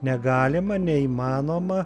negalima neįmanoma